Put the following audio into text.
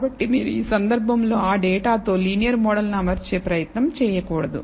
కాబట్టి మీరు ఈ సందర్భంలో ఆ డేటా తో లీనియర్ మోడల్ ను అమర్చే ప్రయత్నం చేయకూడదు